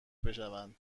بشوند